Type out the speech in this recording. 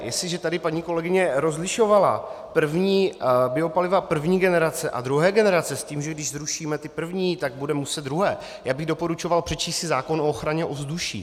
Jestliže tady paní kolegyně rozlišovala biopaliva první generace a druhé generace s tím, že když zrušíme ta první, tak budeme muset ta druhá, já bych doporučoval přečíst si zákon o ochraně ovzduší.